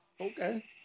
Okay